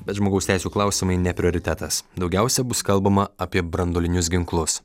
bet žmogaus teisių klausimai ne prioritetas daugiausia bus kalbama apie branduolinius ginklus